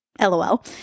LOL